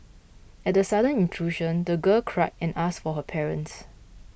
at the sudden intrusion the girl cried and asked for her parents